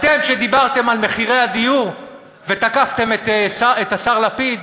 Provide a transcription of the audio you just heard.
אתם, שדיברתם על מחירי הדיור ותקפתם את השר לפיד